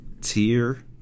tier